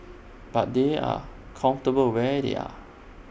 but they are comfortable where they are